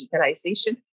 digitalization